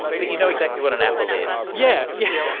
but you know exactly what an apple is. yeah yeah